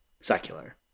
secular